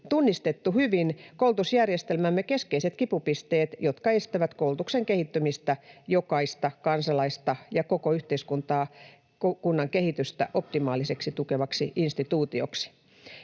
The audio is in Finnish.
tunnistettu hyvin koulutusjärjestelmämme keskeiset kipupisteet, jotka estävät koulutuksen kehittymistä jokaista kansalaista ja koko yhteiskunnan kehitystä optimaalisesti tukevaksi instituutioksi.